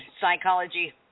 psychology